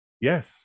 Yes